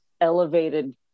elevated